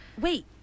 Wait